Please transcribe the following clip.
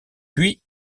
puis